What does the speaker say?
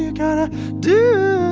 you got to do